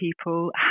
people